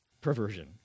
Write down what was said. perversion